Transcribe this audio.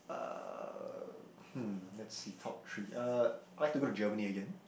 uh hmm let's see top three uh like to go to Germany again